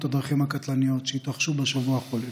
הדרכים הקטלניות שהתרחשו בשבוע החולף: